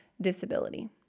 disability